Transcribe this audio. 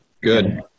Good